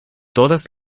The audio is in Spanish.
todas